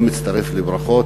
גם אני מצטרף לברכות.